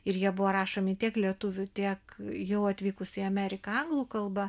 ir jie buvo rašomi tiek lietuvių tiek jau atvykus į ameriką anglų kalba